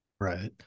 Right